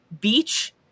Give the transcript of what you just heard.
Beach